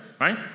right